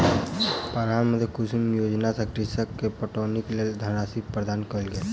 प्रधानमंत्री कुसुम योजना सॅ कृषक के पटौनीक लेल धनराशि प्रदान कयल गेल